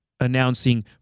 announcing